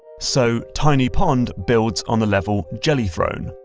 so tiny pond builds on the level jelly throne,